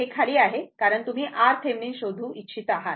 हे खाली आहे कारण तुम्ही RThevenin शोधू इच्छित आहात